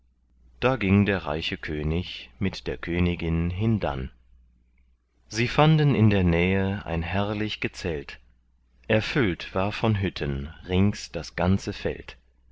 da ging der reiche könig mit der königin hindann sie fanden in der nähe ein herrlich gezelt erfüllt war von hütten rings das ganze feld